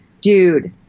dude